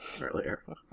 earlier